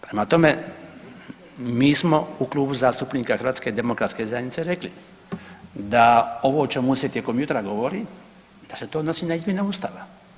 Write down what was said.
Prema tome, mi smo u Klubu zastupnika HDZ-a rekli da ovo o čemu se tijekom jutra govori, da se to odnosi na izmjene Ustava.